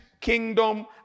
kingdom